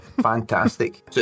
Fantastic